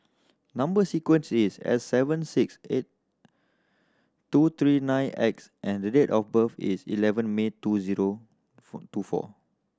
number sequence is S seven six eight two three nine X and the date of birth is eleven May two zero four two four